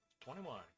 Twenty-one